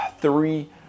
Three